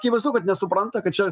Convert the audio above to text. akivaizdu kad nesupranta kad čia